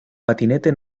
patinete